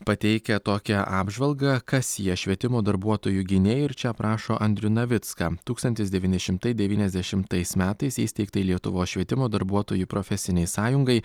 pateikia tokią apžvalgą kas jie švietimo darbuotojų gynėjai ir čia aprašo andrių navicką tūkstantis devyni šimtai devyniasdešimtais metais įsteigtai lietuvos švietimo darbuotojų profesinei sąjungai